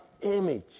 image